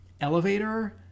elevator